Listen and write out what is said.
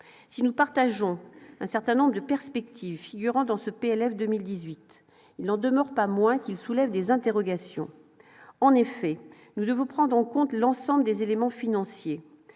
si nous partageons un certain nombre de perspectives figurant dans ce PLF 2018, il n'en demeure pas moins qu'il soulève des interrogations, en effet, nous devons prendre en compte l'ensemble des éléments financiers,